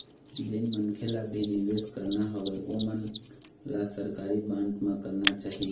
जेन मनखे ल भी निवेस करना हवय ओमन ल सरकारी बांड म करना चाही